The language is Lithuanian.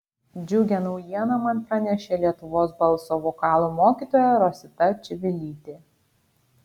džiugią naujieną man pranešė lietuvos balso vokalo mokytoja rosita čivilytė